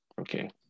okay